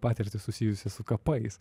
patirtį susijusią su kapais